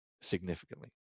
significantly